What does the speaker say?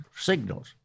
signals